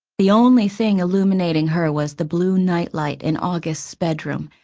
the only thing illuminating her was the blue night-light in august's bedroom.